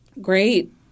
Great